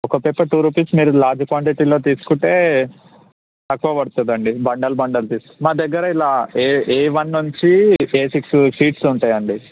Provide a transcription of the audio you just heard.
ఒక paper two rupees మీరు large క్వాంటిటీలో తీసుకుంటే తక్కువ పడుతుందండి బండిల్ బండిల్ తీసు మా దగ్గర ఇలా ఏ ఏ వన్ నుంచి ఏ సిక్స్ షీట్స్ ఉంటాయండి